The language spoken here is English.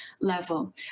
level